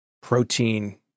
Protein